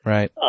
Right